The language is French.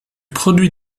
produit